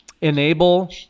enable